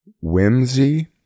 whimsy